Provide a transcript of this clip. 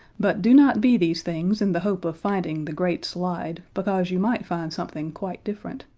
but do not be these things in the hope of finding the great slide because you might find something quite different,